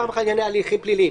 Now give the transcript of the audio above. פעם אחת לעניין הליכים פליליים,